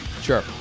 sure